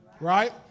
Right